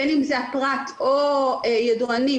בין אם זה הפרט או ידוענים,